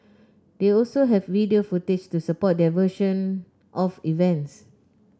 they also have video footage to support their version of events